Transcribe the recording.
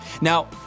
Now